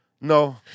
No